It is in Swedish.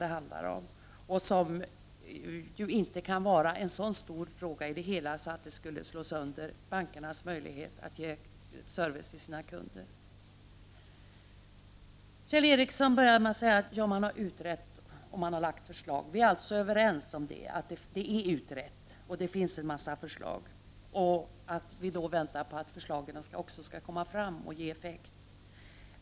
Det är ju faktiskt inte en så stor fråga i det hela att det skulle slå sönder bankernas möjligheter att ge service till sina kunder. Kjell Ericsson säger att saken har utretts och att det lagts fram förslag. Vi är alltså överens om att saken är utredd, att förslag finns och att vi väntar på att förslagen också skall genomföras och få effekt.